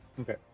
Okay